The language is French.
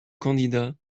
candidat